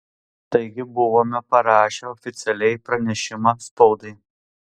taigi buvome parašę oficialiai pranešimą spaudai